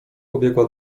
pobiegła